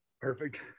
Perfect